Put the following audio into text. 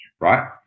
right